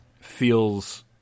feels